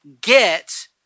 get